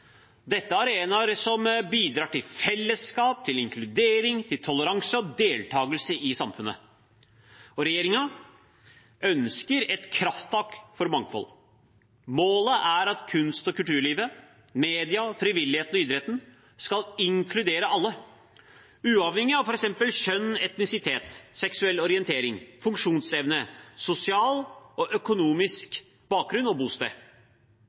Dette er arenaer som bidrar til fellesskap, inkludering, toleranse og deltakelse i samfunnet. Regjeringen ønsker et krafttak for mangfold. Målet er at kunst- og kulturlivet, media, frivilligheten og idretten skal inkludere alle, uavhengig av f.eks. kjønn, etnisitet, seksuell orientering, funksjonsevne, sosial og økonomisk bakgrunn og bosted.